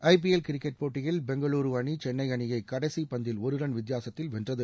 IPL cricket போட்டியில் பெங்களூரு அணி சென்ளை அணியை கடைசி பந்தில் ஒரு ரன் வித்தியாசத்தில் வென்றது